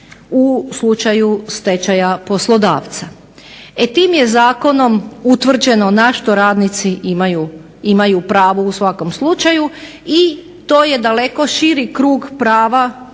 u slučaju stečaja poslodavca. E tim je zakonom utvrđeno na što radnici imaju pravo u svakom slučaju i to je daleko širi krug prava od ovih